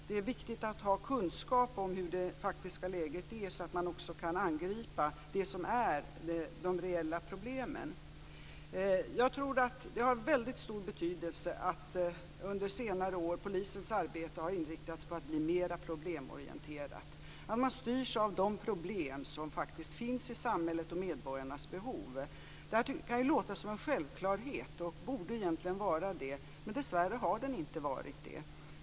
Det är viktigt att ha kunskap om hur det faktiska läget är, så att man också kan angripa de reella problemen. Jag tror att det har väldigt stor betydelse att polisens arbete under senare år har inriktats på att bli mer problemorienterat. Man styrs av de problem som faktiskt finns i samhället och medborgarnas behov. Det kan låta som en självklarhet och borde egentligen vara det, men dessvärre har det inte varit det.